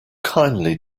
kindly